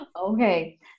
Okay